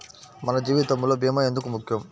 మన జీవితములో భీమా ఎందుకు ముఖ్యం?